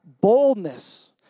boldness